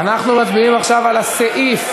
אנחנו מצביעים עכשיו על הסעיף.